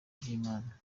by’imana